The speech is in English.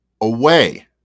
away